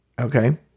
okay